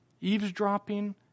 Eavesdropping